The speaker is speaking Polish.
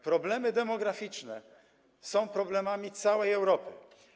Problemy demograficzne są problemami całej Europy.